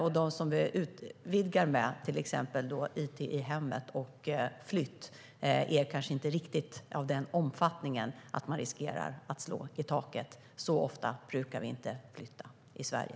De tjänster vi utvidgar med, till exempel it i hemmet och flytt, är kanske inte riktigt av den omfattningen att man riskerar att slå i taket. Så ofta brukar vi inte flytta i Sverige.